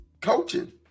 coaching